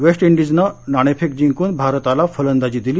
waste इंडीजनं नाणेफेक जिंकून भारताला फलंदाजी दिली